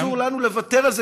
אסור לנו לוותר על זה,